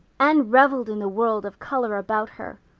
anne reveled in the world of color about her.